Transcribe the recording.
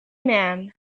man